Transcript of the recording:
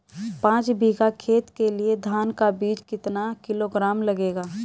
पाँच बीघा खेत के लिये धान का बीज कितना किलोग्राम लगेगा?